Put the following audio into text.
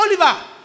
Oliver